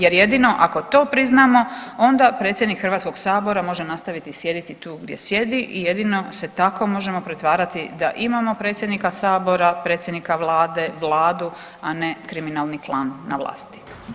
Jer jedino ako to priznamo onda predsjednik Hrvatskog sabora može nastaviti sjediti tu gdje sjedi i jedino se tako možemo pretvarati da imamo predsjednika Sabora, predsjednika Vlade, Vladu a ne kriminalni klan na vlasti.